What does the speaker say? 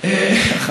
אותי?